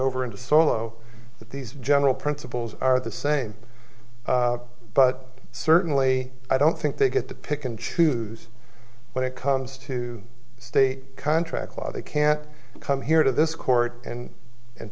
over into solo but these general principles are the same but certainly i don't think they get the pick and choose when it comes to state contract law they can't come here to this court and